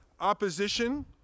opposition